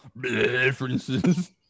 differences